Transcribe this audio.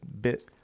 bit